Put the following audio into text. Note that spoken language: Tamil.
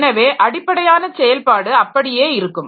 எனவே அடிப்படையான செயல்பாடு அப்படியே இருக்கும்